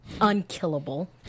unkillable